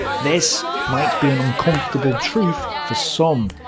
this might be an uncomfortable truth for some,